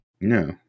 no